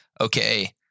okay